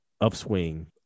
upswing